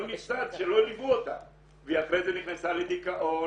נפסד שלא ליוו אותה והיא אחרי זה נכנסה לדיכאון.